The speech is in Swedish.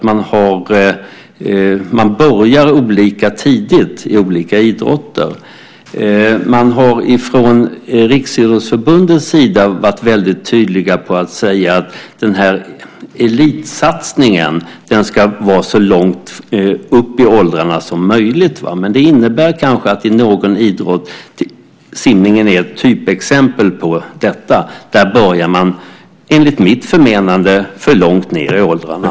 Man börjar olika tidigt i olika idrotter. Från Riksidrottsförbundets sida har man varit väldigt tydlig med att säga att elitsatsningen ska vara så långt upp i åldrarna som möjligt. Men det innebär inte att man i någon idrott - simningen är ett typexempel - enligt mitt förmenande inte börjar för långt ned i åldrarna.